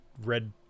red